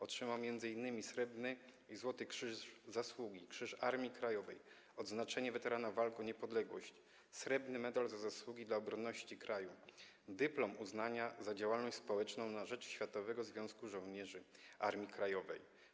Otrzymał m.in. Srebrny i Złoty Krzyż Zasługi, Krzyż Armii Krajowej, odznaczenie weterana walk o niepodległość, srebrny medal „Za zasługi dla obronności kraju”, dyplom uznania za działalność społeczną na rzecz Światowego Związku Żołnierzy Armii Krajowej.